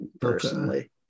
personally